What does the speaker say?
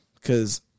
Cause